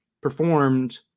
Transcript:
performed